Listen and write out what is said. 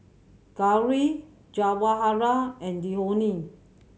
Gauri Jawaharlal and Dhoni